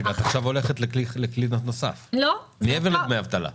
את הולכת עכשיו לכלי נוסף, מעבר לדמי אבטלה.